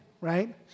right